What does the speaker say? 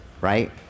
right